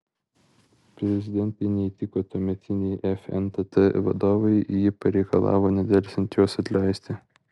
prezidentei neįtiko tuometiniai fntt vadovai ji pareikalavo nedelsiant juos atleisti